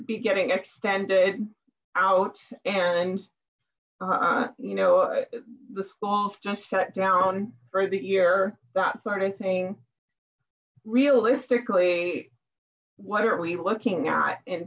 be getting extended out and you know the schools just shut down for the year that sort of thing realistically what are we looking at in